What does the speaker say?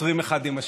סותרים אחד את השני.